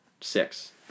Six